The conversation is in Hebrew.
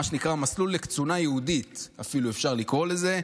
מה שנקרא מסלול לקצונה ייעודית אפילו אפשר לקרוא לזה,